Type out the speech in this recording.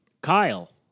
Kyle